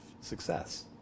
Success